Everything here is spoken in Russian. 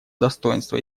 достоинства